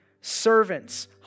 servants